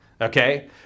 okay